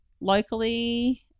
Locally